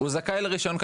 הוא זכאי לו.